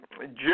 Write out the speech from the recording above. Jim